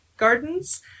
Gardens